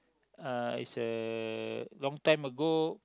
uh it's a long time ago